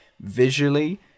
visually